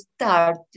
start